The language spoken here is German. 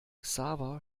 xaver